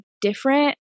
different